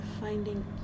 finding